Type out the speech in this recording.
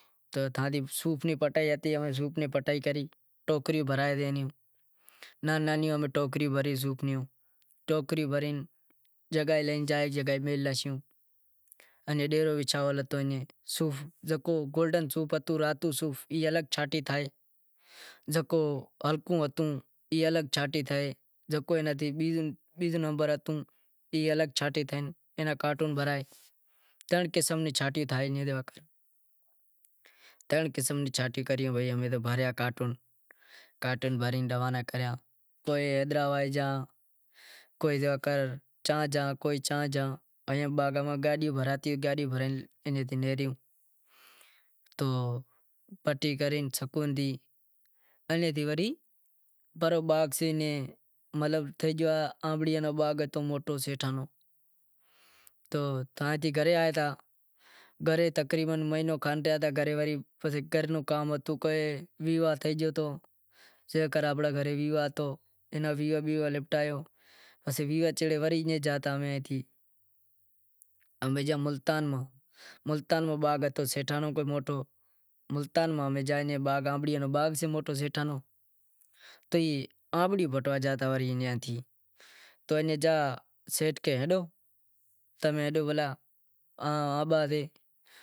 بٹائی کری ٹوکریوں برے سوکھنیوں، جگائے میلائے لاشوں، زکو گولڈن صوف ہتو، راتو او الگ شانٹی تھئے اینا کارٹون بھرائے ترن قسم ری شانٹی کرے کارٹون بھرے روانا کریاکوئی حیدرآباد کوئی چاں چاں زائیں، ماں رے سیٹھاں رو آنبڑیاں رو باغ ہتو، پسے گیا گھرے ہیک ویواہ ہتو او نمٹائے پسے امیں گیا ملتان میں سیٹھاں رو کو باغ ہتو موٹو سیٹھاں رو تو ایئاں تھی آنبڑیاں پٹوا جاتا سیٹھ کہے ہلو تمیں ہلو بھلا